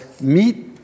meet